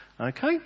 Okay